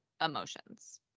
emotions